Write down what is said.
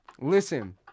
Listen